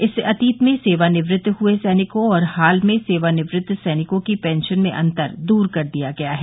इससे अतीत में सेवानिवृत्त हुए सैनिकों और हाल में सेवानिवृत्त सैनिकों की पेंशन में अंतर दूर कर दिया गया है